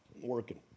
working